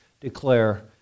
declare